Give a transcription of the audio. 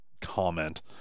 comment